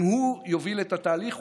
אם הוא יוביל את התהליך,